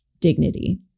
dignity